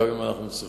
גם אם אנחנו צריכים.